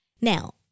Now